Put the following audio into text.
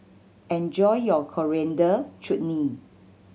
enjoy your Coriander Chutney